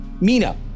Mina